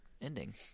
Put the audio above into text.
ending